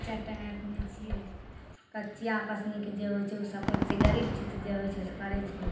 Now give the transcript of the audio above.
चटाइ बिनै छिए कचिआ पसनीके जे होइ छै ओसब करै छिए गरीब छि तऽ जे होइ छै करै छिए